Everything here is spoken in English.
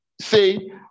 say